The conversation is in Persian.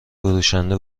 فروشنده